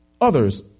others